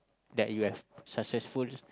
that you have successful